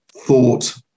Thought